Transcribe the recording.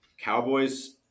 Cowboys –